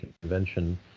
Convention